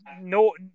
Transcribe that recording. no